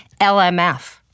LMF